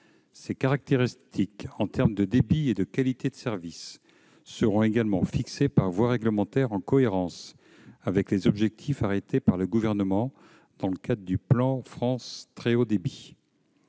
Les caractéristiques en termes de débit et de qualité de service seront également fixées par voie réglementaire en cohérence avec les objectifs arrêtés par le Gouvernement dans le cadre du plan France Très haut débit.